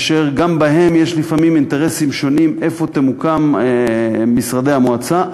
וגם בהם יש לפעמים אינטרסים שונים איפה ימוקמו משרדי המועצה,